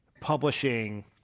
publishing